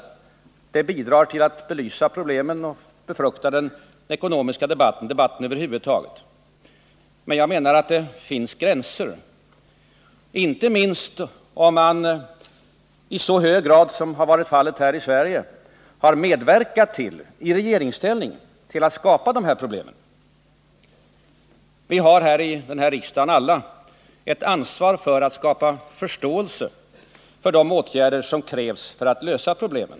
Sådant bidrar till att belysa problemen och befrukta den ekonomiska debatten och debatien över huvud taget. Men jag menar att det finns gränser, inte minst om man i så hög grad som fallet har varit i regeringsställning har medverkat till att skapa problemen. Vi har här i riksdagen alla ett ansvar för att skapa förståelse för de åtgärder som nu krävs.